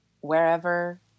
wherever